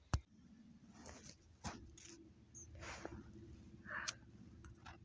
हवामान खात्याचा अंदाज कोनच्या ॲपवरुन मिळवता येईन?